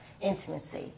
intimacy